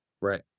Right